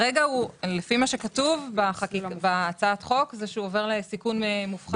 לפי מה שכתוב בהצעת החוק הוא עובר לסיכון מופחת.